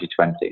2020